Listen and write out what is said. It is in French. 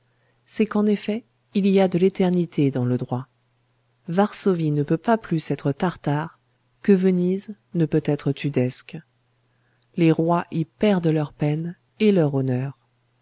c'est qu'en effet il y a de l'éternité dans le droit varsovie ne peut pas plus être tartare que venise ne peut être tudesque les rois y perdent leur peine et leur honneur